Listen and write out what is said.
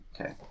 okay